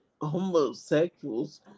homosexuals